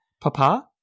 Papa